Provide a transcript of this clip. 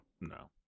No